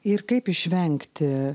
ir kaip išvengti